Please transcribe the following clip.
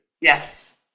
Yes